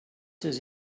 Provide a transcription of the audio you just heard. does